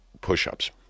push-ups